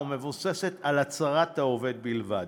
ומבוססת על הצהרת העובד בלבד.